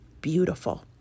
beautiful